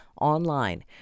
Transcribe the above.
online